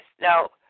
now